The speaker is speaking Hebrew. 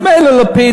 אז מילא לפיד,